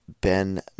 Ben